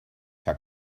herr